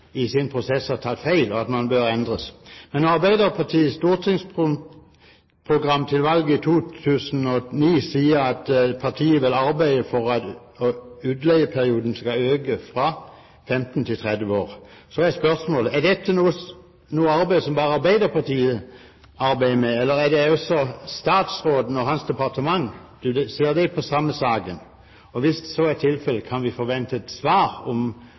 i sin prosess egentlig har tatt feil, og at man bør endre. Når Arbeiderpartiet i sitt stortingsvalgprogram for 2009–2013 sier at partiet vil arbeide for at utleieperioden skal øke fra 15 til 30 år, er spørsmålet: Er dette noe som bare Arbeiderpartiet arbeider med, eller ser også statsråden og hans departement på den samme saken? Hvis så er tilfellet, kan vi forvente et svar på om